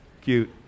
Cute